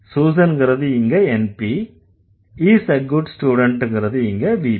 Susan ங்கறது இங்க NP is a good student ங்கறது இங்க VP